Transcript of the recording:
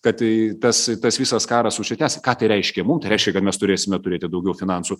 kad į tas tas visas karas užsitęs ką tai reiškia mum tai reiškia kad mes turėsime turėti daugiau finansų